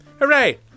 Hooray